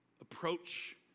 approach